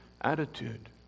attitude